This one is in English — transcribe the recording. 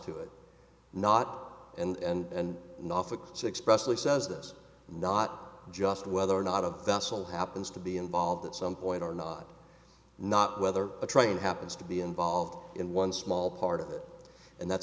to it not and not six pressley says this not just whether or not of vassal happens to be involved at some point or not not whether a train happens to be involved in one small part of it and that's